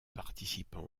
participant